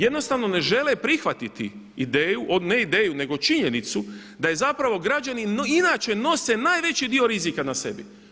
Jednostavno ne žele prihvatiti ideju, ne ideju nego činjenicu da zapravo građani inače nose najveći dio rizika na sebi.